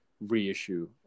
reissue